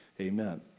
amen